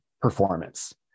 performance